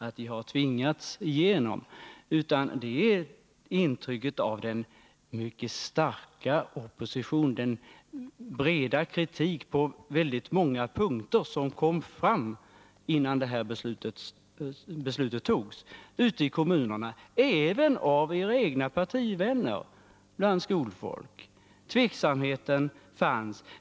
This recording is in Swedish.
I det här fallet har jag tagit intryck av den mycket starka opposition, den breda kritik på väldigt många punkter som framfördes innan det här beslutet fattades ute i kommunerna, även av era egna partivänner bland skolfolk. Tveksamheten fanns.